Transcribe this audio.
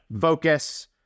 focus